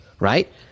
Right